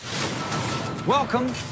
Welcome